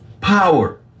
power